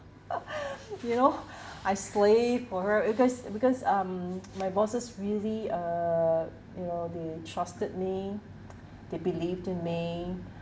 you know I slaved for her because because um my bosses really uh you know they trusted me they believe in me